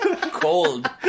Cold